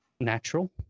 natural